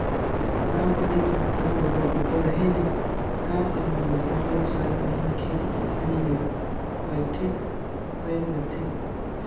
गाँव कती दो ओतना बगरा बूता रहें नई गाँव कर मन ल सरलग चारिक महिना खेती किसानी ले पइठेक पइर जाथे